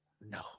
no